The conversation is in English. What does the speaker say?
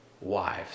wives